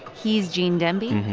he's gene demby.